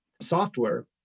software